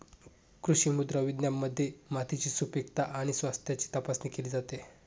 कृषी मृदा विज्ञानामध्ये मातीची सुपीकता आणि स्वास्थ्याची तपासणी केली जाते